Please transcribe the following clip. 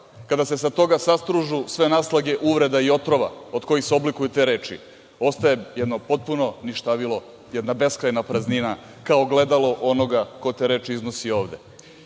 kada se sa toga sastružu sve naslage uvreda i otrova od kojih se oblikuju te reči, ostaje jedno potpuno ništavilo, jedna beskrajna praznina, kao ogledalo ko te reči iznosi ovde,